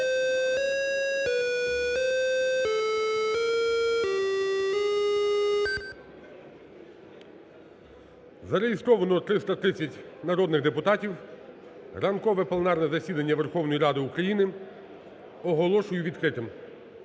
Зареєстровано 330 народних депутатів. Ранкове пленарне засідання Верховної Ради України оголошую відкритим.